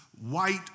white